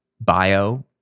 bio